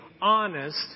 honest